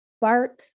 bark